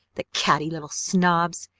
the catty little snobs!